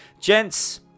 gents